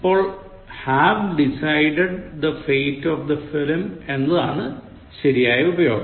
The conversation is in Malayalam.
അപ്പോൾ have decided the fate of the film എന്നതാണ് ശരിയായ ഉപയോഗം